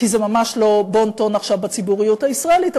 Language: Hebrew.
כי זה ממש לא בון-טון עכשיו בציבוריות הישראלית,